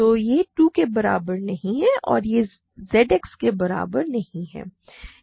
तो यह 2 के बराबर नहीं है और यह Z X के बराबर नहीं है